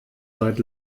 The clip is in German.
seit